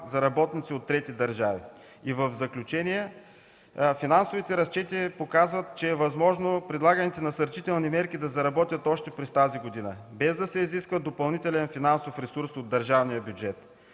за работници от трети държави. В заключение, финансовите разчети показват, че е възможно предлаганите насърчителни мерки да заработят още през тази година, без да се изисква допълнителен финансов ресурс от държавния бюджет.